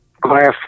glass